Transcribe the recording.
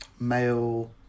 male